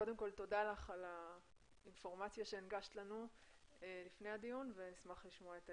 תודה על האינפורמציה שהנגשת לנו לפני הדיון,